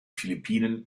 philippinen